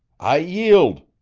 i yield,